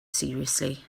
seriously